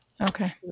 Okay